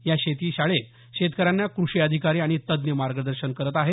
या शेती शाळेत शेतकऱ्यांना कृषि अधिकारी आणि तज्ञ मार्गदर्शन करत आहेत